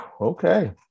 okay